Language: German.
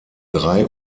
drei